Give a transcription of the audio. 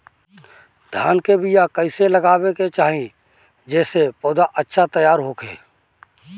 धान के बीया कइसे लगावे के चाही जेसे पौधा अच्छा तैयार होखे?